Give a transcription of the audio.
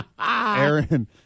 Aaron